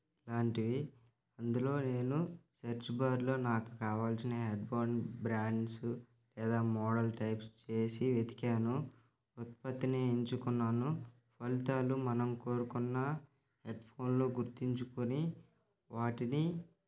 లాంటివి అందులో నేను సర్చ్ బార్లో నాకు కావాల్సిన హెడ్ ఫోన్ బ్రాండ్సు లేదా మోడల్ టైప్ చేసి వెతికాను ఉత్పత్తిని ఎంచుకున్నాను ఫలితాలు మనం కోరుకున్న హెడ్ఫోన్లో గుర్తించుకుని వాటిని